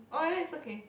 oh then it's okay